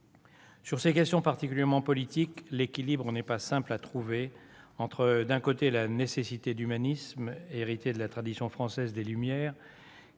Sur ces questions particulièrement politiques, l'équilibre n'est pas simple à trouver entre, d'un côté, la nécessité d'humanisme, héritée de la tradition française des Lumières,